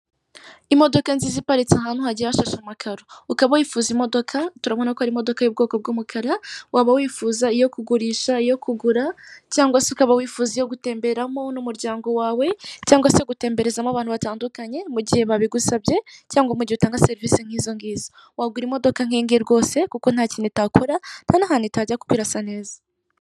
Imodoka nziza iparitse ahantu hagiye hashashe amakaro, ukaba wifuza imodoka turabona ko ari imodoka y'ubwoko bw'umukara, waba wifuza iyo kugurisha, iyo kugura cyangwa se ukaba wifuza iyo gutemberamo n'umuryango wawe cyangwa se gutemberezamo abantu batandukanye mu gihe babigusabye, cyangwa mu gihe utanga serivise nkizo ngizo, wagura imodoka nkiyi ngiyi rwose kuko nta kintu itakora ntan'ahantu itajya kuko irasa neza.